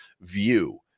view